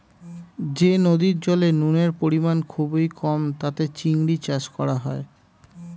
যে নদীর জলে নুনের পরিমাণ খুবই কম তাতে চিংড়ির চাষ করা হয়